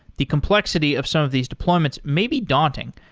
the complexity of some of these deployments may be daunting,